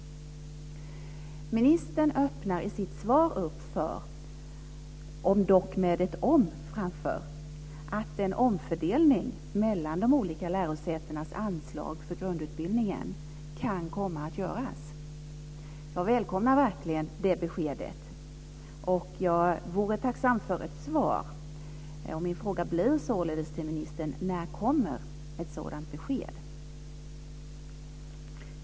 Ministern öppnar i sitt svar, även om det är ett "om" framför, för att en omfördelning mellan de olika lärosätenas anslag för grundutbildningen kan komma att göras. Jag välkomnar verkligen det beskedet. Jag vore tacksam för ett svar. Min fråga till ministern blir således: När kommer ett sådant besked?